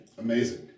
Amazing